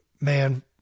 Man